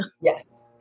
Yes